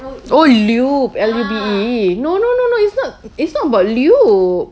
oh lube L U B E no no no no it's not it's not about lube